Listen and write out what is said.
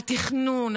התכנון,